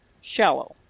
shallow